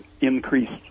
increased